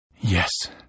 Yes